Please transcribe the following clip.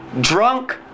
drunk